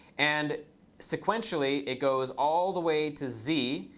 and sequentially, it goes all the way to z.